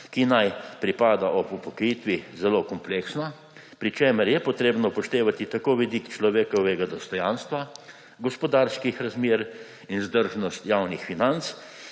ki naj pripada ob upokojitvi, zelo kompleksna, pri čemer je potrebno upoštevati tako vidik človekovega dostojanstva, gospodarskih razmer in vzdržnost javnih financ,